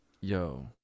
Yo